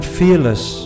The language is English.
fearless